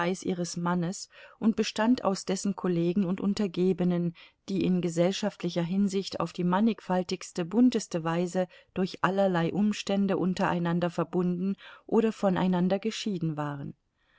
ihres mannes und bestand aus dessen kollegen und untergebenen die in gesellschaftlicher hinsicht auf die mannigfaltigste bunteste weise durch allerlei umstände untereinander verbunden oder voneinander geschieden waren